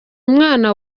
umwana